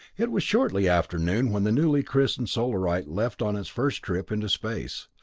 it was shortly after noon when the newly christened solarite left on its first trip into space.